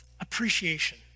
appreciation